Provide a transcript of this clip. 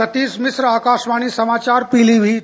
सतीश बाबू आकाशवाणी समाचार पीलीभीत